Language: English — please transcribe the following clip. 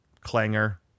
clanger